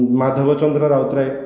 Madhav Chandra Routray